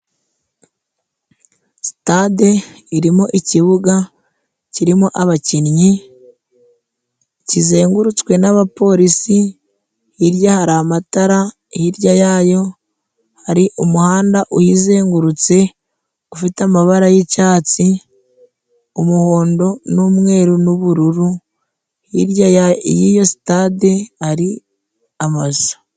Sitade irimo ikibuga kirimo abakinnyi ,kizengurutswe n'abapolisi ,hirya hari amatara ,hirya yayo hari umuhanda uyizengurutse ,ufite amabara y'icyatsi ;umuhondo ;umweru; n'ubururu, hirya y'iyo sitade hari amazu.